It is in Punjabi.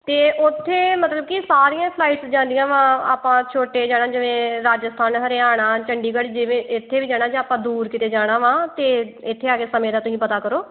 ਅਤੇ ਉੱਥੇ ਮਤਲਬ ਕਿ ਸਾਰੀਆਂ ਫਲਾਈਟਸ ਜਾਂਦੀਆਂ ਵਾ ਆਪਾਂ ਛੋਟੇ ਸ਼ਹਿਰਾਂ ਜਿਵੇਂ ਰਾਜਸਥਾਨ ਹਰਿਆਣਾ ਚੰਡੀਗੜ੍ਹ ਜਿਵੇਂ ਇੱਥੇ ਵੀ ਜਾਣਾ ਜਾਂ ਆਪਾਂ ਦੂਰ ਕਿਤੇ ਜਾਣਾ ਵਾ ਤਾਂ ਇੱਥੇ ਆ ਕੇ ਸਮੇਂ ਦਾ ਤੁਸੀਂ ਪਤਾ ਕਰੋ